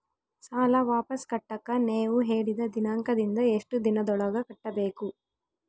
ಸಾಲ ವಾಪಸ್ ಕಟ್ಟಕ ನೇವು ಹೇಳಿದ ದಿನಾಂಕದಿಂದ ಎಷ್ಟು ದಿನದೊಳಗ ಕಟ್ಟಬೇಕು?